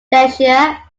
cheshire